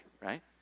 right